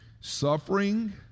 suffering